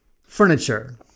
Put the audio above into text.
furniture